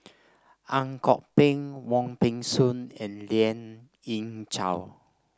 Ang Kok Peng Wong Peng Soon and Lien Ying Chow